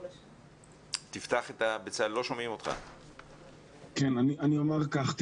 אני אומר כך,